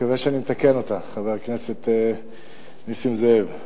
מקווה שאני אתקן אותה, חבר הכנסת נסים זאב.